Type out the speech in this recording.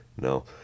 No